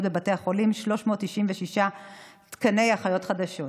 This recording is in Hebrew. בבתי החולים 396 תקני אחיות חדשות,